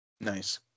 Nice